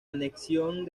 anexión